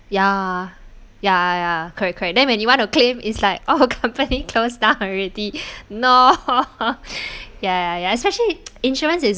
ya ya ya correct correct then when you want to claim is like oh company closed down already no ya ya especially insurances is